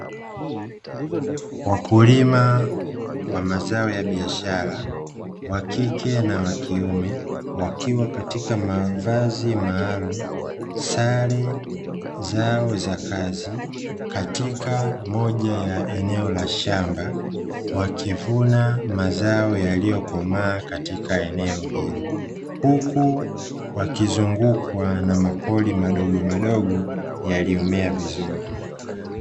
Wakulima wa mazao ya biashara (wakike na wakiume) wakiwa katika mavazi maalumu sare zao za kazi, katika moja ya eneo la shamba wakivuna mazao yaliyokomaa katika eneo hilo. Huku wakizungukwa na mapori madogomadogo yaliyomea vizuri.